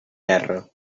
terra